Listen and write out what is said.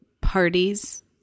parties